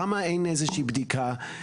למה אתם לא חושבים שזה חשוב?